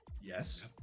yes